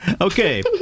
Okay